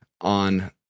on